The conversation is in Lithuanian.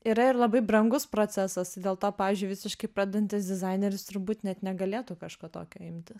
yra ir labai brangus procesas tai dėl to pavyzdžiui visiškai pradedantis dizaineris turbūt net negalėtų kažko tokio imtis